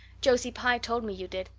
josie pye told me you did.